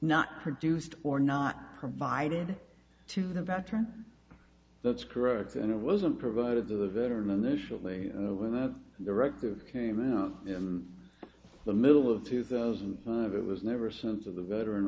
not produced or not provided to the pattern that's correct and it wasn't provided to the veteran initially when that directive came out in the middle of two thousand and five it was never a sense of the veteran